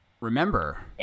Remember